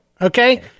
Okay